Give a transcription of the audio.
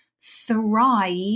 thrive